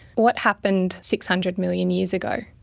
what happened six hundred million years ago?